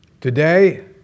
Today